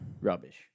Rubbish